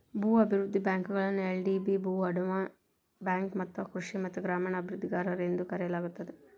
ಭೂ ಅಭಿವೃದ್ಧಿ ಬ್ಯಾಂಕುಗಳನ್ನ ಎಲ್.ಡಿ.ಬಿ ಭೂ ಅಡಮಾನ ಬ್ಯಾಂಕು ಮತ್ತ ಕೃಷಿ ಮತ್ತ ಗ್ರಾಮೇಣ ಅಭಿವೃದ್ಧಿಗಾರರು ಎಂದೂ ಕರೆಯಲಾಗುತ್ತದೆ